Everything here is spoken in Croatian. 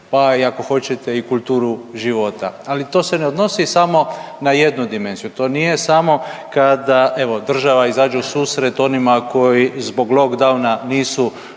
pa ako hoćete i kulturu života, ali to se ne odnosi samo na jednu dimenziju, to nije samo kada evo država izađe u susret onima koji zbog lockdowna nisu